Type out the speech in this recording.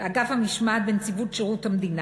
המשמעת בנציבות שירות המדינה.